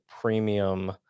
premium